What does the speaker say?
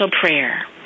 prayer